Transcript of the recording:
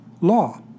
law